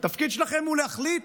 התפקיד שלכם הוא להחליט